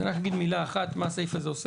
אז אני רק אגיד מילה אחת מה כוונתו של סעיף זה.